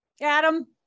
Adam